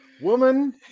woman